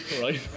right